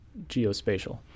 geospatial